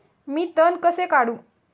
मी तण कसे काढू?